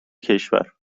کشور